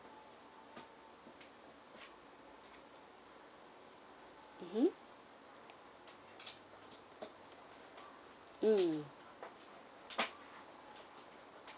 mmhmm mm